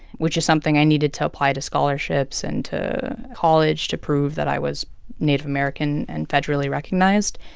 which is something i needed to apply to scholarships and to college to prove that i was native american and federally recognized,